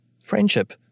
friendship